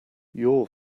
your